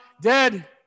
dead